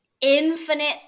infinite